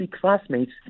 classmates